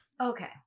Okay